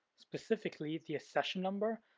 specifically the accession number,